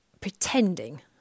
pretending